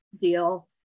deal